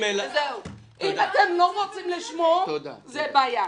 אם אתם לא רוצים לשמוע, זה בעיה.